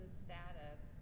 status